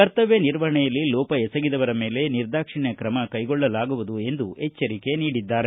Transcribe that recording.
ಕರ್ತವ್ಯ ನಿರ್ವಹಣೆಯಲ್ಲಿ ಲೋಪ ಎಸಗಿದವರ ಮೇಲೆ ನಿರ್ದಾಕ್ಷಣ್ಯ ತ್ರಮ ಕೈಗೊಳ್ಳಲಾಗುವುದು ಎಂದು ಎಚ್ಚರಿಕೆ ನೀಡಿದ್ದಾರೆ